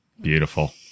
Beautiful